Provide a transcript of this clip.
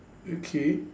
okay